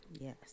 Yes